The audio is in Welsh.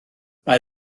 mae